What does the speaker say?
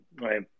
right